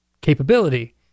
capability